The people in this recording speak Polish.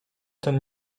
ten